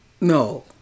No